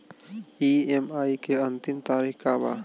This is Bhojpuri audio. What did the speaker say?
ई.एम.आई के अंतिम तारीख का बा?